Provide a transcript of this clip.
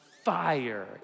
Fire